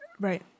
Right